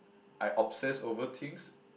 I obsess over things